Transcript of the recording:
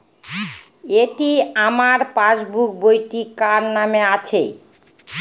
এটি আমার পাসবুক বইটি কার নামে আছে?